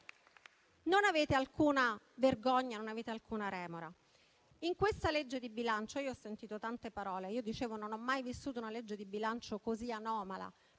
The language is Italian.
Non avete alcuna vergogna, alcuna remora. In questa legge di bilancio ho ascoltato tante parole. Non ho mai vissuto una legge di bilancio così anomala;